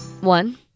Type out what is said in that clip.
One